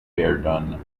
verdun